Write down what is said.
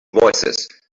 voicesand